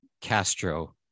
Castro